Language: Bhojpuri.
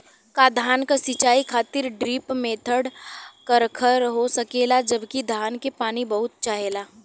का धान क सिंचाई खातिर ड्रिप मेथड कारगर हो सकेला जबकि धान के पानी बहुत चाहेला?